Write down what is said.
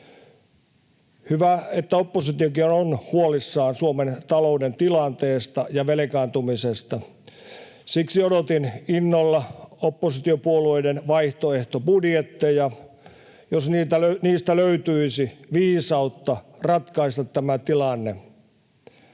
Hyvä, että oppositiokin on huolissaan Suomen talouden tilanteesta ja velkaantumisesta. Siksi odotin innolla oppositiopuolueiden vaihtoehtobudjetteja, jos niistä löytyisi viisautta ratkaista tämä tilanne.